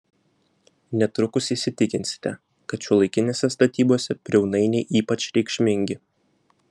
netrukus įsitikinsite kad šiuolaikinėse statybose briaunainiai ypač reikšmingi